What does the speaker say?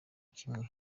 kimwe